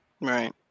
right